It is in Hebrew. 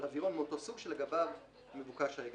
על אווירון מאותו טיפוס שלגביו מבוקש ההגדר.